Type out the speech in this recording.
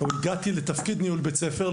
או הגעתי לתפקיד ניהול בית-ספר,